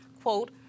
quote